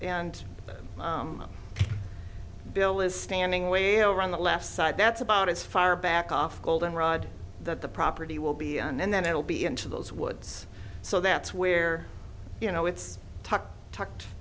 and bill is standing way over on the left side that's about as far back off golden rod that the property will be and then it will be into those woods so that's where you know it's tucked